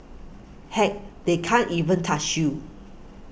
heck they can't even touch you